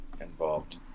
involved